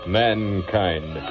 mankind